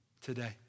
today